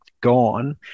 gone